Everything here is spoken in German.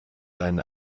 eine